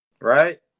Right